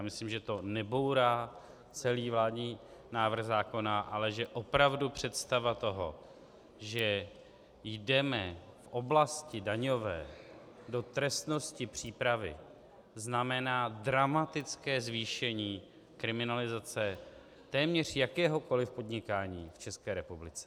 Myslím, že to nebourá celý vládní návrh zákona, ale že opravdu představa toho, že jdeme v daňové oblasti do trestnosti přípravy, znamená dramatické zvýšení kriminalizace téměř jakéhokoli podnikání v České republice.